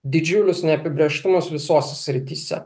didžiulius neapibrėžtumus visose srityse